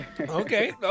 Okay